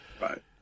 right